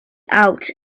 out